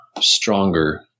stronger